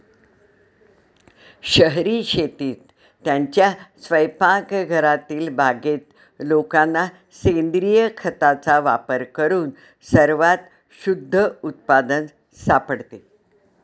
शहरी शेतीत, त्यांच्या स्वयंपाकघरातील बागेत लोकांना सेंद्रिय खताचा वापर करून सर्वात शुद्ध उत्पादन सापडते